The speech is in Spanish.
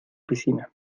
piscina